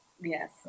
Yes